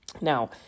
Now